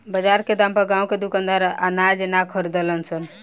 बजार के दाम पर गांव के दुकानदार अनाज ना खरीद सन